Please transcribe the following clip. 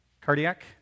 cardiac